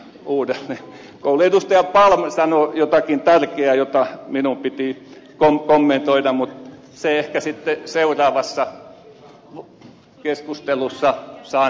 edustaja palm sanoi jotakin tärkeää jota minun piti kommentoida mutta sen ehkä sitten seuraavassa keskustelussa saan selville